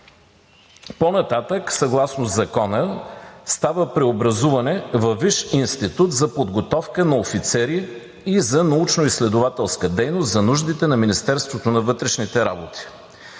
По-нататък съгласно Закона става преобразуването му във Висш институт за подготовка на офицери и за научно-изследователска дейност за нуждите на Министерството на вътрешните работи.